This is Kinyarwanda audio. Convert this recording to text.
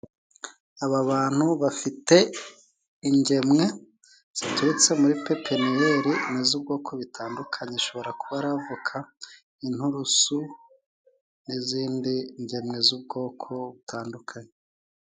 Aba bantu bafite ingemwe ziturutse muri pepeniniyeri ni iz'ubwoko butandukanye zishobora kuba ari avoka , inturusu n'izindi ngemwe z'ubwoko butandukanye.